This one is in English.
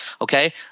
okay